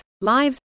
lives